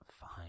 fine